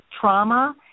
trauma